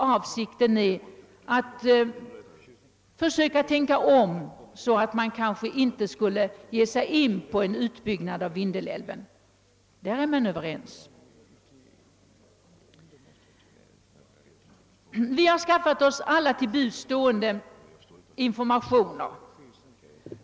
Avsikten är att försöka få folk att tänka om, så att man inte ger sig in på en utbyggnad av Vindelälven — därvidlag är motionärerna Överens. Vi har skaffat oss alla de informationer som stått att få.